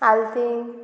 आलतीन